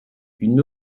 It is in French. une